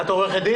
את עורכת דין?